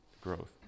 growth